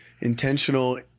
intentional